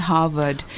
Harvard